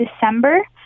December